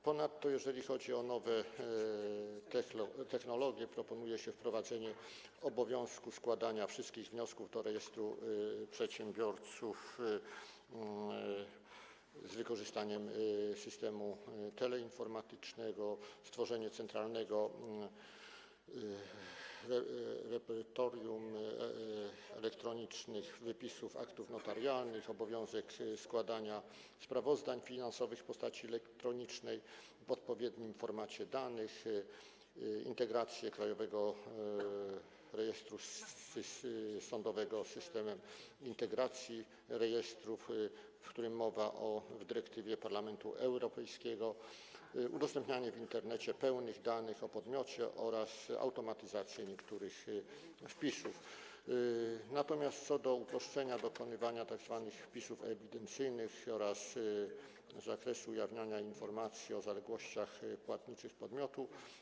Ponadto proponuje się, jeżeli chodzi o nowe technologie, wprowadzenie obowiązku składania wszystkich wniosków do rejestru przedsiębiorców z wykorzystaniem systemu teleinformatycznego, stworzenie Centralnego Repozytorium Elektronicznych Wypisów Aktów Notarialnych, wprowadzenie obowiązku składania sprawozdań finansowych w postaci elektronicznej w odpowiednim formacie danych, integrację Krajowego Rejestru Sądowego z systemem integracji rejestrów, o którym mowa w dyrektywie Parlamentu Europejskiego, udostępnienie w Internecie pełnych danych o podmiocie oraz automatyzację niektórych wpisów, uproszczenie dokonywania tzw. wpisów ewidencyjnych oraz zmianę zakresu ujawniania informacji o zaległościach płatniczych podmiotu.